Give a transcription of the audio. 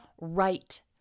right